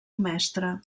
mestre